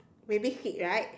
baby seat right